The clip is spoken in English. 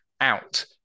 out